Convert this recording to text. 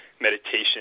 meditation